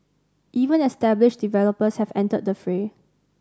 even established developers have entered the fray